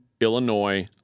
Illinois